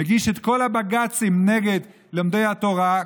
מגיש את כל הבג"צים נגד לומדי התורה.